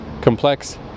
complex